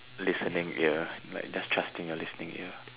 listening ear like just trusting your listening ear